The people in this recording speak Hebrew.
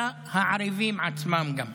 אלא הערבים עצמם גם.